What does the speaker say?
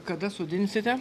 kada sodinsite